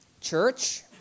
church